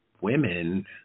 women